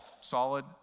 solid